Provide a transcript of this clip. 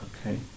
Okay